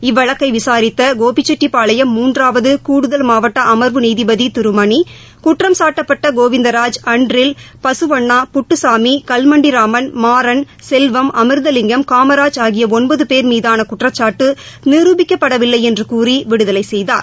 இவ்வழக்கை விசாரித்த கோபிச்செட்ட பாளையம் மூன்றாவது கூடுதல் மாவட்ட அமா்வு நீதிமன்ற நீதிபதி திரு மணி குற்றம்சாட்டப்பட்ட கோவிந்தராஜ் அன்றில் பசுவண்ணா புட்டுசாமி கல்மண்டிராமன் மாறன் செல்வம் அமிர்தலிங்கம் காமராஜ் ஆகிய ஒன்பது பேர் மீதான குற்றச்சாட்டு நிருபிக்கப்படவில்லை என்று கூறி விடுதலை செய்தார்